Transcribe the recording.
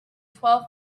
twelve